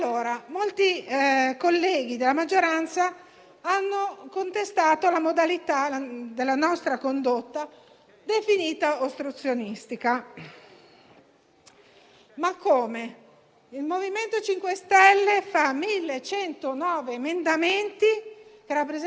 Ma cosa pretende la maggioranza? Non dovremmo presentare emendamenti e non usare i tempi previsti dal Regolamento? Oppure anche cantare «Viva Conte presidente, noi diciam che grande mente»? Volete che cantiamo le canzoncine?